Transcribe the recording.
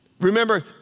Remember